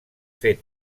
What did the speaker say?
fer